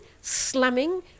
slamming